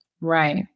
right